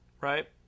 right